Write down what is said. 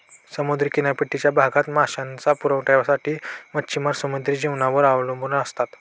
समुद्र किनारपट्टीच्या भागात मांसाच्या पुरवठ्यासाठी मच्छिमार समुद्री जलजीवांवर अवलंबून असतात